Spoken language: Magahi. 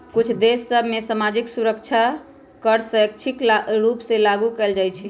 कुछ देश सभ में सामाजिक सुरक्षा कर स्वैच्छिक रूप से लागू कएल जाइ छइ